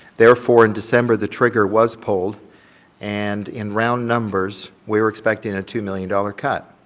therefore, in december the trigger was pulled and in round numbers, we're expecting a two million dollar cut.